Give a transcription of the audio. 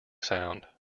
sound